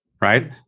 right